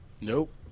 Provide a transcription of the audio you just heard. Nope